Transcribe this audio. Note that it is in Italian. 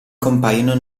compaiono